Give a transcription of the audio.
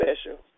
special